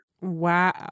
Wow